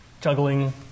juggling